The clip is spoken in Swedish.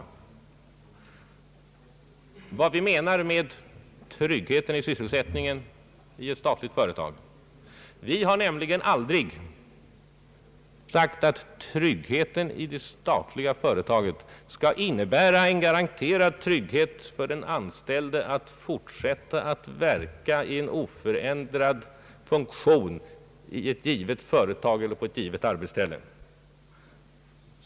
Vi har aldrig sagt att tryggheten i det statliga företaget skall innebära en garanti för den anställde att kunna fortsätta att verka i oförändrad funktion inom företaget eller på ett givet arbetsställe.